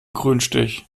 grünstich